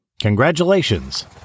Congratulations